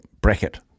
bracket